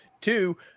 Two